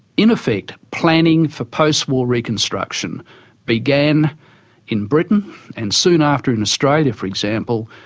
in effect, planning for post-war reconstruction began in britain and soon after in australia for example,